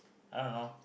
I don't know